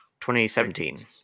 2017